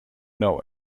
know